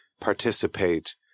participate